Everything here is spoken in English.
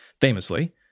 famously